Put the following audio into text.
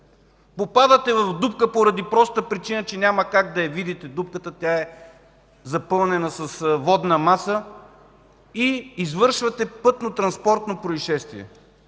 Попадате в дупка, поради причината че няма как да видите дупката – тя е запълнена с водна маса и извършвате пътно-транспортно произшествие,